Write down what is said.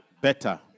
better